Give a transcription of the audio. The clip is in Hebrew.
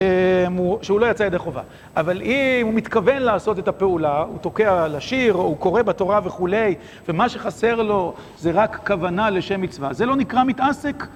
שהוא לא יצא ידי חובה, אבל אם הוא מתכוון לעשות את הפעולה, הוא תוקע לשיר, הוא קורא בתורה וכולי, ומה שחסר לו זה רק כוונה לשם מצווה, זה לא נקרא מתעסק